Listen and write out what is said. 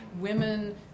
Women